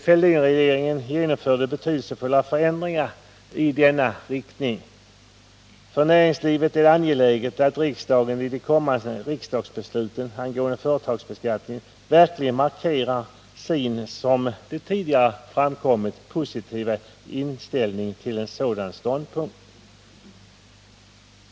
Fälldinregeringen genomförde betydelsefulla förändringar i denna riktning. För näringslivet är det angeläget att riksdagen i kommande beslut rörande företagsbeskattningen verkligen markerar sin som det tidigare framkommit positiva inställning i denna fråga.